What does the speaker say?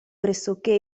pressoché